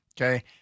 okay